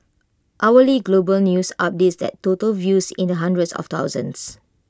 hourly global news updates that total views in the hundreds of thousands